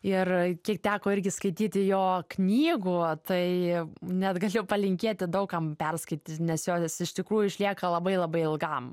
ir kiek teko irgi skaityti jo knygų tai net galiu palinkėti daug kam perskaityti nes jos iš tikrųjų išlieka labai labai ilgam